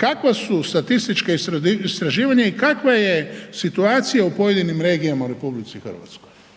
kakva su statistička istraživanja i kakva je situacija u pojedinim regijama u RH. Gledajte, ja